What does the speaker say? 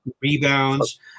rebounds